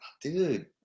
Dude